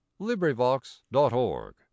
LibriVox.org